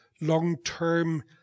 long-term